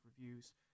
reviews